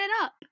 up